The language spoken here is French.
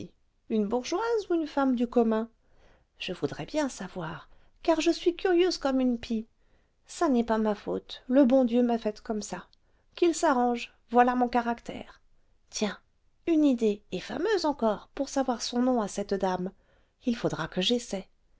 une bourgeoise ou une femme du commun je voudrais bien savoir car je suis curieuse comme une pie ça n'est pas ma faute le bon dieu m'a faite comme ça qu'il s'arrange voilà mon caractère tiens une idée et fameuse encore pour savoir son nom à cette dame il faudra que j'essaie